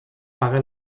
paga